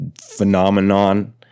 phenomenon